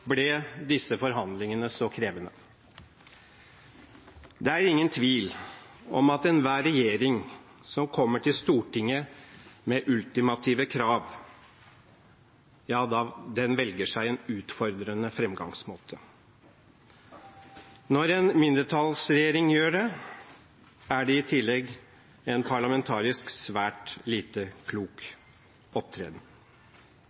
ble disse forhandlingene så krevende? Det er ingen tvil om at enhver regjering som kommer til Stortinget med ultimative krav, velger seg en utfordrende framgangsmåte. Når en mindretallsregjering gjør det, er det i tillegg en parlamentarisk svært lite